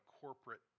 corporate